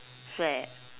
swear